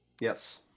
Yes